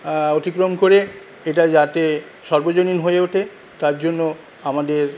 অতিক্রম করে এটা যাতে সর্বজনীন হয়ে ওঠে তার জন্য আমাদের